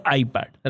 iPad